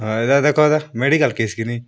ହଁ ଏଇଟା ଦେଖ ମେଡ଼ିକାଲ୍ କେସ୍କିନି